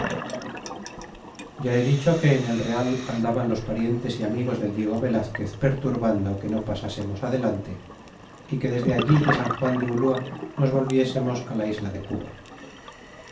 ya he dicho que en el real andaban los parientes y amigos del diego velazquez perturbando que no pasásemos adelante y que desde all de san juan de una nos volviésemos la isla de cuba